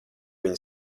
viņi